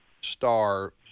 star